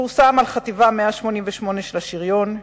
פורסם על חטיבה 188 של השריון,